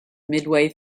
midway